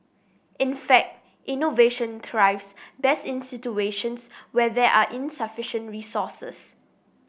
in fact innovation thrives best in situations where there are insufficient resources